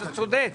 אתה צודק.